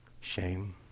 Shame